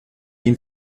ihn